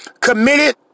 committed